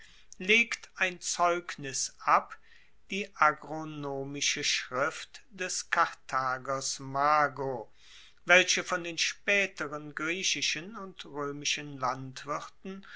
legt ein zeugnis ab die agronomische schrift des karthagers mago welche von den spaeteren griechischen und roemischen landwirten